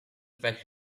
affect